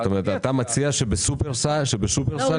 אני אציע.